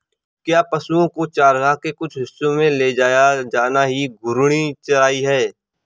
क्या पशुओं को चारागाह के कुछ हिस्सों में ले जाया जाना ही घूर्णी चराई है?